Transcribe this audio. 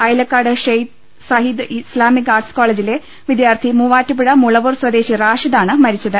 Ailakkad Sheikh Sayyid Islamic arts കോളജിലെ വിദ്യാർത്ഥി മൂവാറ്റുപുഴ മുളവൂർ സ്വദേശി റാഷിദ് ആണ് മരിച്ചത്